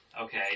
okay